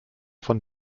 von